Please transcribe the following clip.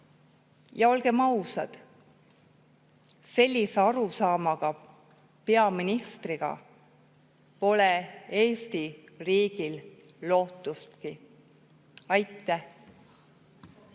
Ja olgem ausad, sellise arusaamaga peaministriga pole Eesti riigil lootustki. Aitäh!